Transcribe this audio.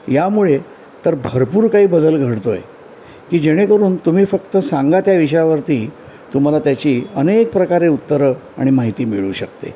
यामुळे तर भरपूर काही बदल घडतो आहे की जेणेकरून तुम्ही फक्त सांगा त्या विषयावरती तुम्हाला त्याची अनेक प्रकारे उत्तरं आणि माहिती मिळू शकते